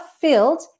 filled